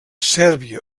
sèrbia